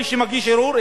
מי שמגיש ערעור,